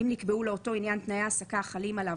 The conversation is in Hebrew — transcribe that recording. אם נקבעו לאותו עניין תנאי העסקה החלים עליו